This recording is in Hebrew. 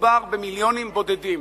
מדובר במיליונים בודדים.